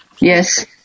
yes